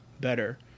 better